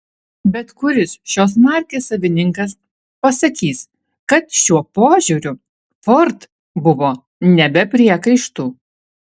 bet kuris šios markės savininkas pasakys kad šiuo požiūriu ford buvo ne be priekaištų